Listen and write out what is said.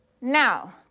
Now